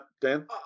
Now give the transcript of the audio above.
Dan